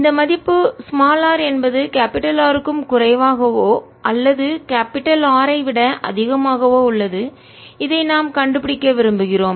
இந்த மதிப்பு r என்பது R க்கும் குறைவாகவோ அல்லது R ஐ விட அதிகமாகவோ உள்ளது இதை நாம் கண்டுபிடிக்க விரும்புகிறோம்